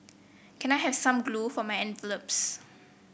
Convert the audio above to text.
can I have some glue for my envelopes